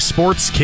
Sports